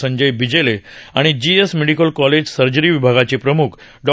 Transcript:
संजय पिजले आणि GS medical college surgery विभाग प्रम्ख डॉ